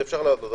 אפשר לעשות,